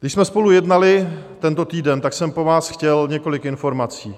Když jsme spolu jednali tento týden, tak jsem po vás chtěl několik informací.